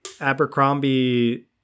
Abercrombie